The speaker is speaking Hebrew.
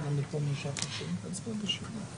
אבל אם היו מביאים לנו הצעה גם לעגן את הפרקטיקה